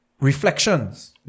reflections